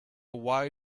why